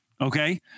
Okay